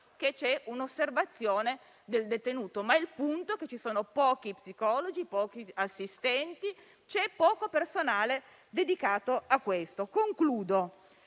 che c'è un'osservazione del detenuto, ma il punto è che ci sono pochi psicologi, pochi assistenti, c'è poco personale dedicato a questo. Abbiamo